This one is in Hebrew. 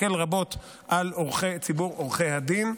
שתקל רבות על ציבור עורכי הדין,